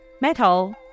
metal